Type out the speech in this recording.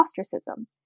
ostracism